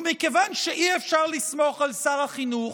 ומכיוון שאי-אפשר לסמוך על שר החינוך,